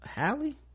hallie